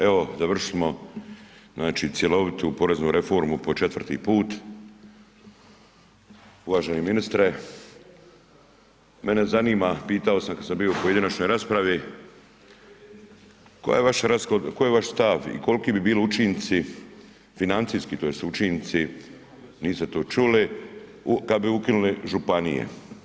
Evo završili smo znači cjelovitu poreznu reformu po četvrti put, uvaženi ministre, mene zanima, pitao sam kad sam bio u pojedinačnoj raspravi, koji je vaš stav i koliki bi bili učinci financijski tj. učinci, niste to čuli, kad bi ukinuli županije.